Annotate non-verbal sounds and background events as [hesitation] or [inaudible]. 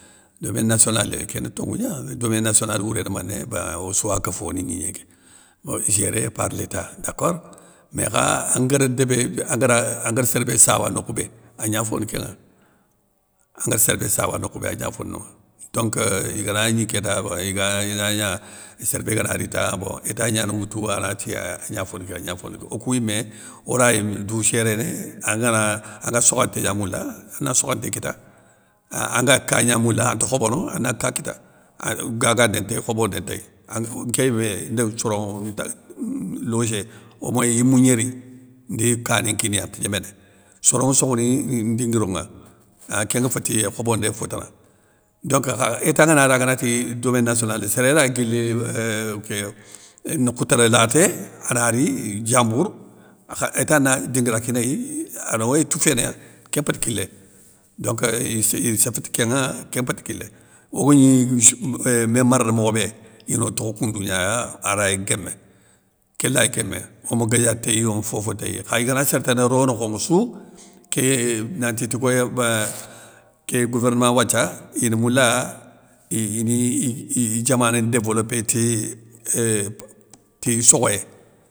Domaine nationalé kéni tonŋou gna, domaine natinale wouré ni mané, bin ossouya kofoni gnigné ké, géré par l'état, daccord mé kha, angar débé, angar sér bé sawa nokhoubé agna fonikéŋa angar sér bé sawa nokhoubé agna foni nonŋa, donkeu igana gni kéta, iga ina gna sér bé gana ri ta bon éta gnane woutou, ana ti agna foniké agna foniké, okou yimé oray, dou géréné angana, anga sokhan nté gna moula, ana ssokhan nté kita, an anga ka gna moula ante khobono, ana ka kita, gagandé ntéy, khobondé ntéy, angue nké yimé, ndaga soro nta [hesitation] logé, omoyé yimou gnéri, ndi kani nkiniya ante gnéméné, soronŋe sokhoni i ndiguironŋa, an kén nga féti khobondé fotana donc kha état ngana ri aganati, domaine national, séré lay guili euuhh ké nokhou téré laté. a nari diambour, kha état na dinguira kinéy, ano étoufénéya, kén mpéti kilé, donc i isafa ti kén nŋa, kén mpate kilé, ogagni missou mé marana mokhobé inotokho koundou gna, aray guémé, ké lay guémé, oma gadia té yon fofo téy kha iganati sér tana ro nokhonŋassou, ké nanti ti koya ba ké gouverma wathia, ina moula, i ini i [hesitation] diamané ndévéloppé ti euuh [hesitation] sokhoyé.